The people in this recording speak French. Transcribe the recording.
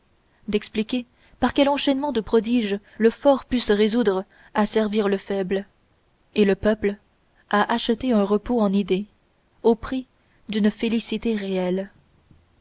d'expliquer par quel enchaînement de prodiges le fort put se résoudre à servir le faible et le peuple à acheter un repos en idée au prix d'une félicité réelle